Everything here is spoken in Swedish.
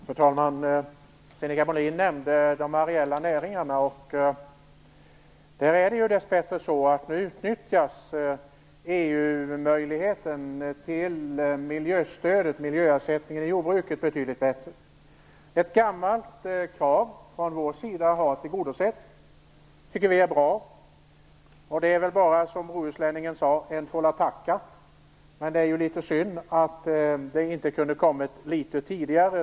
Fru talman! Sinikka Bohlin nämnde de areella näringarna. Dessbättre utnyttjas ju nu möjligheten att genom EU söka miljöstöd inom jordbruket betydligt bättre. Ett gammalt krav från oss har därigenom blivit tillgodosett. Det är bra. Det är väl bara att säga som bohuslänningen sade: En får la tacka. Men det är synd att detta inte hade kunnat komma litet tidigare.